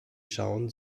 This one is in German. schauen